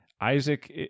Isaac